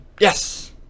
Yes